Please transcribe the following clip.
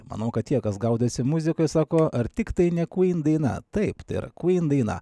manau kad tie kas gaudosi muzikoj sako ar tiktai ne kvyn daina taip yra kvyn daina